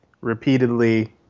repeatedly